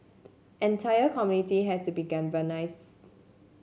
entire community has to be galvanise